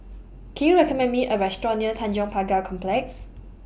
Can YOU recommend Me A Restaurant near Tanjong Pagar Complex